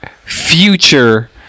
future